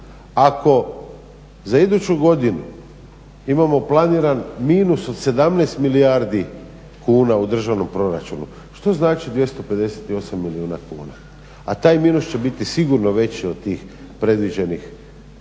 Ako za iduću godinu imamo planiran minus od 17 milijardi kuna u državnom proračunu što znači 258 milijuna kuna? A taj minus će biti sigurno veći od tih predviđenih 17